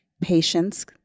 Patience